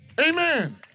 Amen